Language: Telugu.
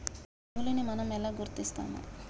తెగులుని మనం ఎలా గుర్తిస్తాము?